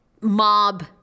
mob